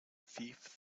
thief